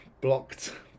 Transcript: Blocked